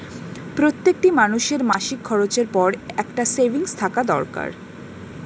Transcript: প্রত্যেকটি মানুষের মাসিক খরচের পর একটা সেভিংস থাকা দরকার